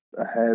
ahead